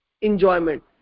enjoyment